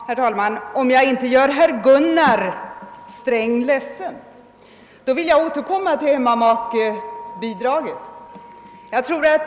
Herr talman! Om jag inte gör herr Gunnar Sträng ledsen, vill jag återkomma till hemmamakebidraget.